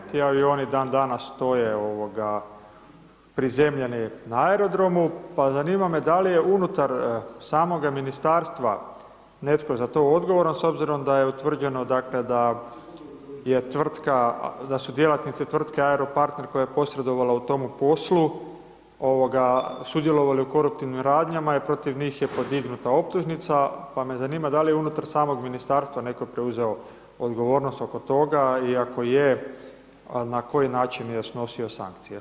Ti avioni dan danas stoje prizemljeni na aerodromu pa zanima me da li je unutar samoga ministarstva netko za to odgovoran s obzirom da je utvrđeno da je tvrtka, da su djelatnici tvrtke Aeropartner koja je posredovala u tome poslu, sudjelovali u koruptivnim radnjama i protiv njih je podignuta optužnica pa me zanima da li je unutar samog ministarstva netko preuzeo odgovornost oko toga i ako je na koji način je snosio sankcije?